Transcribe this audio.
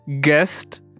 guest